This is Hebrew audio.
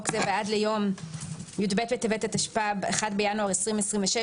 זה ועד ליום י"ב בטבת התשפ"ב (1 בינואר 2026),